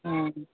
ꯎꯝ